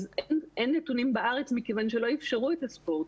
אז אין נתונים בארץ מכיוון שלא אפשרו את הספורט,